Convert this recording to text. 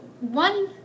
one